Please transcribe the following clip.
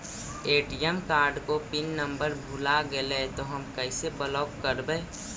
ATM card को pin number भुला गैले तौ हम कैसे ब्लॉक करवै?